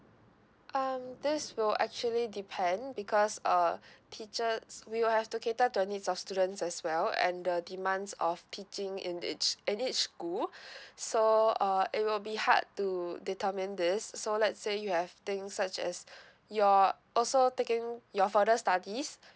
um this will actually depend because uh teachers we will have to cater to the needs of students as well and the demands of teaching in each in each school so uh it will be hard to determine this so let's say you have things such as you're also taking your further studies